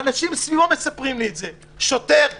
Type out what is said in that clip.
אבל אנשים סביבו מספרים לי את זה שוטר אכזר,